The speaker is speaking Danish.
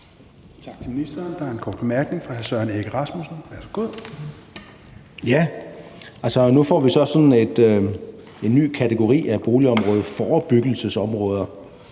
nu får vi sådan en ny kategori af boligområder, forebyggelsesområder,